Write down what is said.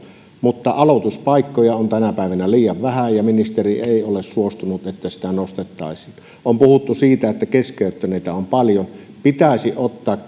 mutta aloituspaikkoja on tänä päivänä liian vähän ja ministeri ei ole suostunut siihen että määrää nostettaisiin on puhuttu siitä että keskeyttäneitä on paljon pitäisi ottaa